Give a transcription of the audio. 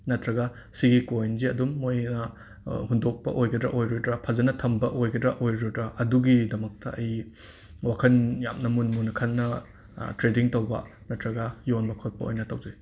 ꯅꯠꯇ꯭ꯔꯒ ꯁꯤꯒꯤ ꯀꯣꯏꯟꯖꯦ ꯑꯗꯨꯝ ꯃꯣꯏ ꯍꯨꯟꯗꯣꯛꯄ ꯑꯣꯏꯒꯗ꯭ꯔꯥ ꯑꯣꯏꯔꯣꯏꯗ꯭ꯔꯥ ꯐꯖꯅ ꯊꯝꯕ ꯑꯣꯏꯒꯗ꯭ꯔꯥ ꯑꯣꯏꯔꯣꯏꯗ꯭ꯔꯥ ꯑꯗꯨꯒꯤꯗꯃꯛꯇ ꯑꯩ ꯋꯥꯈꯟ ꯌꯥꯝꯅ ꯃꯨꯟ ꯃꯨꯟꯅ ꯈꯟꯅ ꯇ꯭ꯔꯦꯗꯤꯡ ꯇꯧꯕ ꯅꯠꯇ꯭ꯔꯒ ꯌꯣꯟꯕ ꯈꯣꯠꯄ ꯑꯣꯏꯅ ꯇꯧꯖꯩ